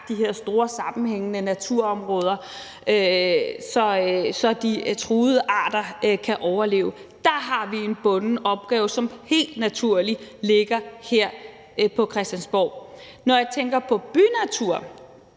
de her store sammenhængende naturområder, så de truede arter kan overleve. Der har vi en bunden opgave, som helt naturligt ligger her på Christiansborg. Når jeg tænker på bynatur,